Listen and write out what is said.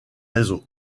réseau